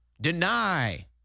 Deny